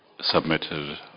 submitted